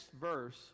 verse